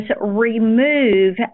remove